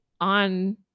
on